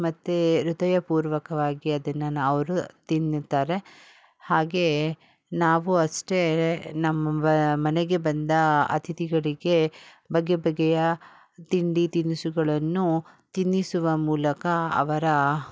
ಮತ್ತು ಹೃದಯ ಪೂರ್ವಕವಾಗಿ ಅದನ್ನು ಅವರು ತಿನ್ನುತ್ತಾರೆ ಹಾಗೇ ನಾವು ಅಷ್ಟೇ ನಮ್ಮ ಮನೆಗೆ ಬಂದ ಅತಿಥಿಗಳಿಗೆ ಬಗೆ ಬಗೆಯ ತಿಂಡಿ ತಿನಿಸುಗಳನ್ನು ತಿನ್ನಿಸುವ ಮೂಲಕ ಅವರ